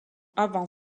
avant